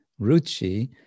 Ruchi